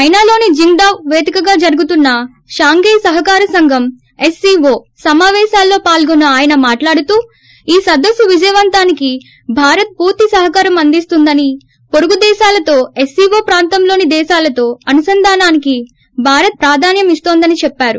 చైనాలోని చింగ్డావ్ పేదికగా జరుగుతున్న షాంఘై సహకార సంఘంఎస్సీఓ సమావేశాల్లో పాల్గొన్న అయన మాట్లాడుతూ ఈ సదస్సు విజయవంతానికి భారత్ పూర్తి సహకారం అందిస్తుందన్ పొరుగుదేశాలతో ఎస్సీవో ప్రాంతంలోని దేశాలతో అనుసంధానానికి భారత్ ప్రాధాన్వం ఇన్తోందని చెప్పారు